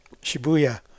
Shibuya